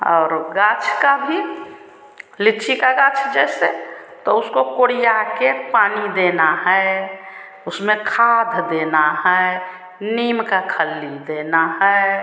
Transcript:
और गाछ का भी लिच्ची का गाछ जैसे तो उसको कोड़ियाकर पानी देना है उसमें खाद देना है नीम की खल्ली देनी है